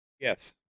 Yes